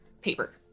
paper